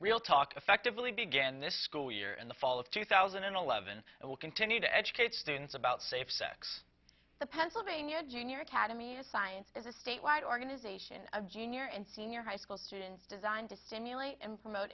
real talk effectively began this school year in the fall of two thousand and eleven and will continue to educate students about safe sex the pennsylvania junior academy of science is a statewide organization of junior and senior high school students designed to stimulate and promote